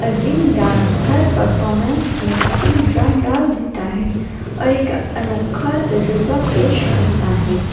عظیم dancer performance میں اپنی جان ڈال دیتا ہے اور ایک انوکھا تجربہ پیش کرتا ہے